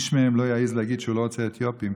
איש מהם לא יעז להגיד שהוא לא רוצה אתיופים,